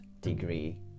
degree